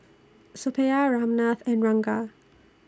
Suppiah Ramnath and Ranga